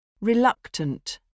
Reluctant